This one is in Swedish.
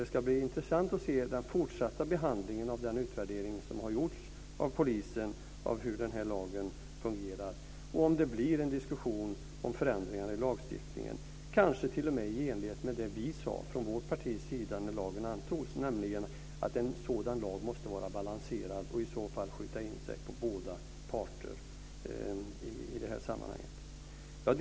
Det ska bli intressant att se den fortsatta behandlingen av den utvärdering som har gjorts av polisen när det gäller hur den här lagen fungerar och om det blir en diskussion om förändringar i lagstiftningen, kanske t.o.m. i enlighet med det som vi sade från vårt partis sida när lagen antogs, nämligen att en sådan lag måste vara balanserad och att man i så fall måste skjuta in sig på båda parter i detta sammanhang.